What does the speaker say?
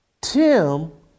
Tim